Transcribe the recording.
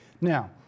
Now